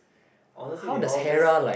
honestly they all just